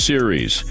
Series